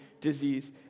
disease